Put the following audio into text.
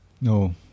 No